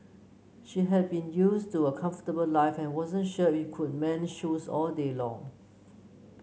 she had been used to a comfortable life and wasn't sure could mend shoes all day long